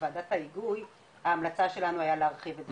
וועדת ההיגוי ההמלצה שלנו הייתה להרחיב את זה,